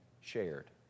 shared